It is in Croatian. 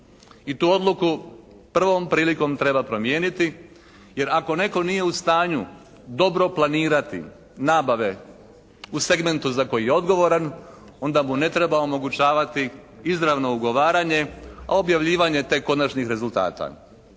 i tu Odluku prvom prilikom treba promijeniti jer ako netko nije u stanju dobro planirati nabave u segmentu za koji je odgovoran onda mu ne treba omogućavati izravno ugovaranje, a objavljivanje tek konačnih rezultata.